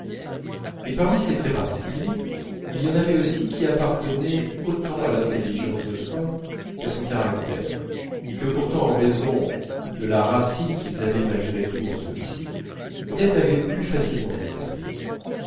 et parmi ces traits particuliers il y en avait aussi qui appartenaient autant à l'intelligence de swann qu'à son caractère et que pourtant en raison de la racine qu'ils avaient malgré tout en celui-ci odette avait plus facilement discernés